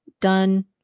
done